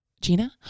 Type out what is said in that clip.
Gina